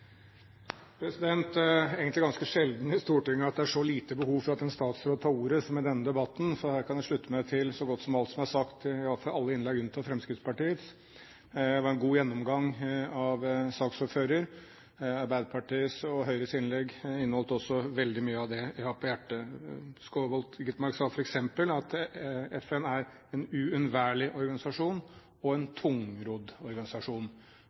tar ordet som i denne debatten, for her kan jeg slutte meg til så godt som alt som er sagt i alle innlegg, unntatt i Fremskrittspartiets. Det var en god gjennomgang av saksordføreren. Arbeiderpartiet og Høyres innlegg inneholdt også veldig mye av det jeg har på hjertet. Skovholt Gitmark sa f.eks. at FN er en uunnværlig organisasjon, og en tungrodd organisasjon.